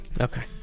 Okay